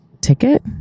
ticket